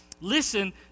listen